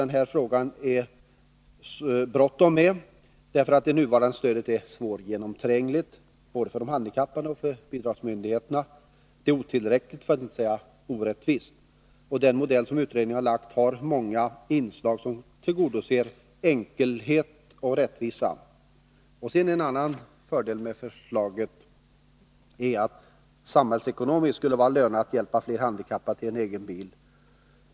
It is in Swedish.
Det är bråttom med denna fråga. Det nuvarande stödsystemet är svårgenomträngligt, både för de handikappade och för bidragsmyndigheterna. Stödet är också otillräckligt, för att inte säga orättvist. Den modell som utredningen har lagt fram har många inslag som tillgodoser kraven på enkelhet och rättvisa. En annan fördel med förslaget är att det samhällsekonomiskt skulle vara lönande att hjälpa fler handikappade till en egen bil.